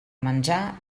menjar